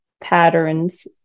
patterns